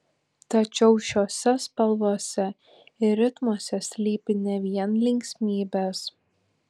tačiau šiose spalvose ir ritmuose slypi ne vien linksmybės